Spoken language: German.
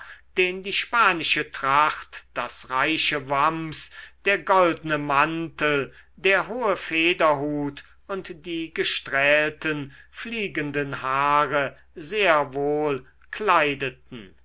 den die spanische tracht das reiche wams der goldne mantel der hohe federhut und die gestrählten fliegenden haare sehr wohl kleideten